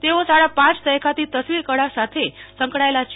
તેઓ સાડા પાંચ દાયકાથી તસવીર કળા સાથે સંકળાયેલા છે